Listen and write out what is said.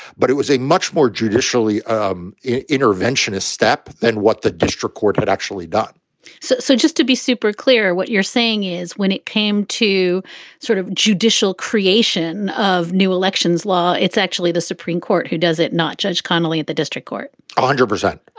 but it was a much more judicially um interventionist step than what the district court had actually done so so just to be super clear, what you're saying is when it came to sort of judicial creation of new elections law, it's actually the supreme court. who does it not? judge conolly at the district court? one ah hundred percent,